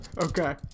Okay